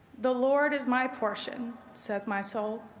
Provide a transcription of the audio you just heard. the lord is my portion says my soul.